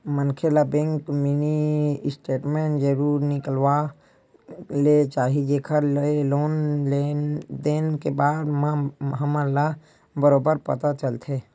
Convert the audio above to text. मनखे ल bank mini statement जरूर निकलवा ले चाही जेखर ले लेन देन के बार म हमन ल बरोबर पता चलथे